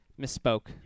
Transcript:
Misspoke